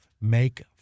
make